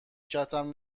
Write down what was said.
کتم